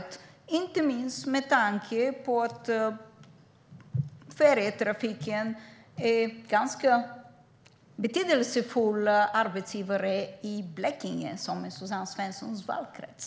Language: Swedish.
Det undrar jag inte minst med tanke på att färjetrafiken är en ganska betydelsefull arbetsgivare i Blekinge, som är Suzanne Svenssons valkrets.